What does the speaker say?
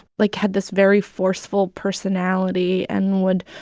like, had this very forceful personality and would,